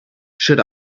should